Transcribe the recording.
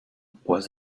was